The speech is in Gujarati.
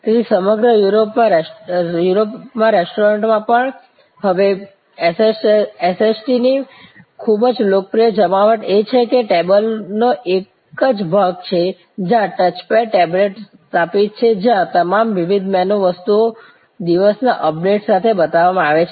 તેથી સમગ્ર યુરોપમાં રેસ્ટોરન્ટ્સમાં પણ હવે SST ની ખૂબ જ લોકપ્રિય જમાવટ એ છે કે ટેબલનો જ એક ભાગ છે જ્યાં ટચ પેડ ટેબ્લેટ સ્થાપિત છે જ્યાં તમામ વિવિધ મેનુ વસ્તુઓ દિવસના અપડેટ્સ સાથે બતાવવામાં આવે છે